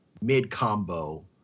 mid-combo